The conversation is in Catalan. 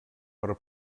per